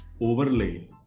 overlay